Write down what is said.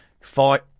fight